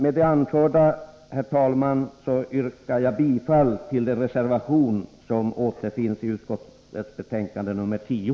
Med det anförda, herr talman, vill jag yrka bifall till den reservation som återfinns i lagutskottets betänkande 10.